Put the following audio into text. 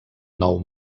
nou